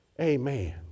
Amen